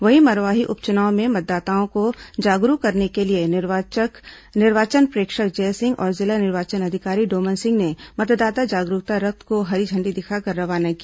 वहीं मरवाही उपचुनाव में मतदाताओं को जागरूक करने के लिए निर्वाचन प्रेक्षक जयसिंह और जिला निर्वाचन अधिकारी डोमन सिंह ने मतदाता जागरूकता रथ को हरी झण्डी दिखाकर रवाना किया